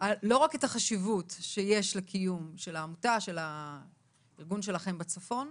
לא רק את החשיבות שיש לקיום של הארגון שלכם בצפון,